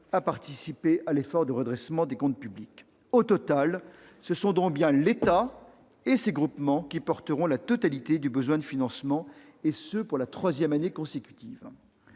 à participer à l'effort de redressement des comptes publics. Au total, ce sont bien l'État et ses groupements qui porteront la totalité du besoin de financement, et ce pour la troisième année consécutive.